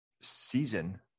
season